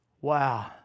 Wow